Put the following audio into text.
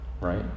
Right